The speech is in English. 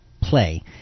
Play